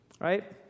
right